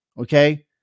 Okay